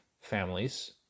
families